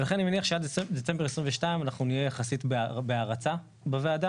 ולכן אני מניח שעד דצמבר 2022 אנחנו נהיה יחסית בהרצה בוועדה.